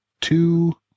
two